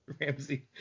Ramsey